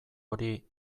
hori